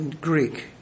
Greek